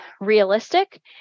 realistic